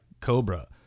Cobra